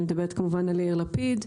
אני מדברת כמובן על יאיר לפיד.